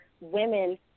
women